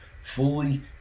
fully